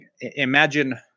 imagine